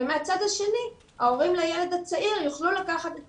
ומהצד השני ההורים לילד הצעיר יוכלו לקחת את